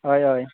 हय हय